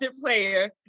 player